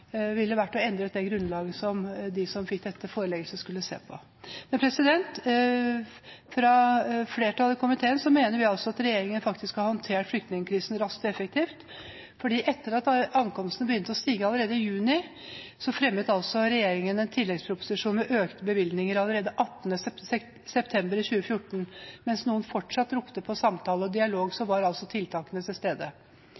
ville vært å endre det grunnlaget som de som fikk seg dette forelagt, skulle se på. Flertallet i komiteen mener at regjeringen har håndtert flyktningkrisen raskt og effektivt, for etter at ankomsttallene begynte å stige allerede i juni, fremmet regjeringen en tilleggsproposisjon med økte bevilgninger allerede 18. september 2015. Mens noen fortsatt ropte på samtale og dialog, var tiltakene til stede.